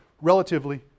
relatively